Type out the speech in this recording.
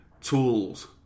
tools